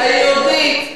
היהודית,